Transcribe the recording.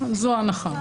זו ההנחה.